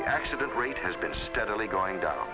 the accident rate has been steadily going down